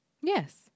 Yes